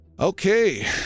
Okay